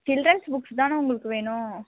children's books தானே உங்களுக்கு வேணும்